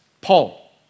Paul